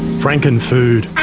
frankenfood